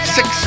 six